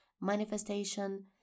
manifestation